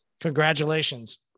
congratulations